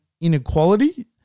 inequality